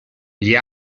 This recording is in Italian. gli